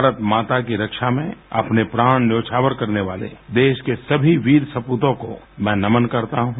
भारत माता की रक्षा में अपने प्राण न्योछावर करने वाले देश के सभी वीर सपूतों को मैं नमन करता हूँ